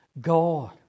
God